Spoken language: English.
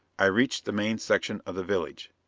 i reached the main section of the village.